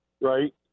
right